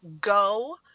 go